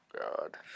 God